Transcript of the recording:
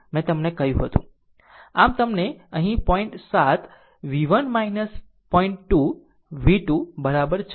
આમ તમને અહીં પોઇન્ટ સાત v1 point 2 v2 6